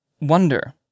wonder